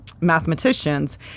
mathematicians